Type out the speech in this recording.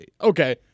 Okay